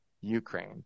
Ukraine